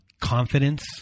confidence